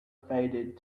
faded